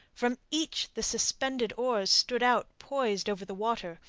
from each the suspended oars stood out poised over the water,